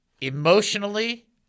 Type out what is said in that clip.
Emotionally